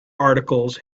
articles